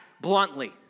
bluntly